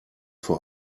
vor